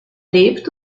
lebt